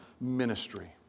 ministry